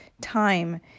time